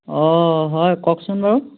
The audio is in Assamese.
অ হয় কওকচোন বাৰু